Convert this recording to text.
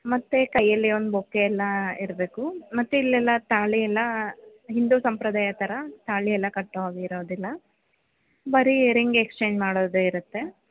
ಮತ್ತು ಕೈಯಲ್ಲಿ ಒಂದು ಬೊಕ್ಕೆ ಎಲ್ಲ ಇಡಬೇಕು ಮತ್ತು ಇಲ್ಲೆಲ್ಲ ತಾಳಿಯೆಲ್ಲ ಹಿಂದೂ ಸಂಪ್ರದಾಯದ ಥರ ತಾಳಿಯೆಲ್ಲ ಕಟ್ಟೋ ಹಾಗೆ ಇರೋದಿಲ್ಲ ಬರೀ ರಿಂಗ್ ಎಕ್ಸ್ಚೇಂಜ್ ಮಾಡೋದೇ ಇರುತ್ತೆ